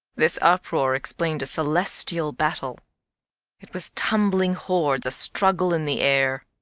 this uproar explained a celestial battle it was tumbling hordes a-struggle in the air.